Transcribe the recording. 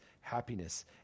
happiness